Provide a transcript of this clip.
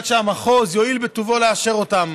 עד שהמחוז יואיל בטובו לאשר אותם.